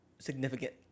significant